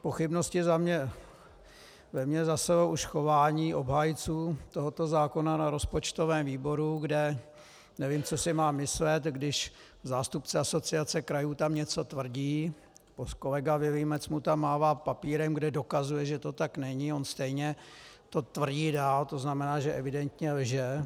Pochybnosti ve mně zaselo už chování obhájců tohoto zákona na rozpočtovém výboru, kde nevím, co si mám myslet, když zástupce Asociace krajů tam něco tvrdí, kolega Vilímec mu tam mává papírem, kde dokazuje, že to tak není, a on stejně to tvrdí dál, to znamená, že evidentně lže.